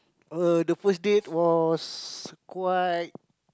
uh the first date was quite